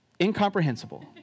incomprehensible